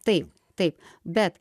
taip taip bet